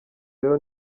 rero